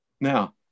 Now